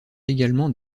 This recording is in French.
également